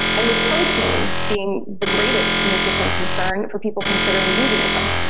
and with protein being the greatest nutrition concern for people considering veganism,